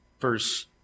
Verse